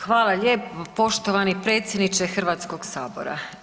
Hvala lijepo poštovani predsjedniče Hrvatskog sabora.